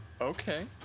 Okay